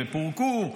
פורקו,